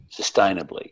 sustainably